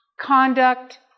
conduct